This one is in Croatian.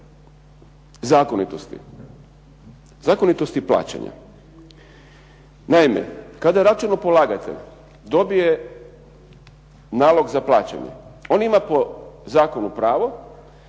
zakonitosti, zakonitosti plaćanja. Naime, kada je računopolagatelj dobije nalog za plaćanje on ima po zakonu pravo